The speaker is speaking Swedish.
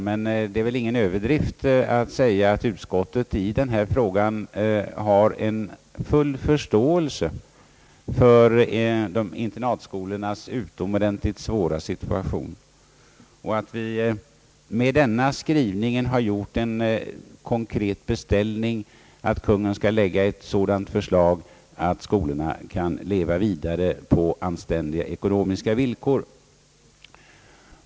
Men det är väl ingen överdrift att säga att utskottet har full förståelse för internatskolornas utomordentligt svåra situation och att utskottet med denna skrivning har gjort en konkret beställning att Kungl. Maj:t måtte framlägga ett sådant förslag att skolorna kan leva vidare på anständiga ekonomiska villkor.